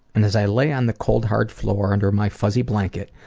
and as i lay on the cold, hard floor under my fuzzy blanket,